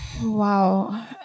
Wow